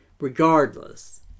Regardless